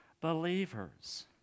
believers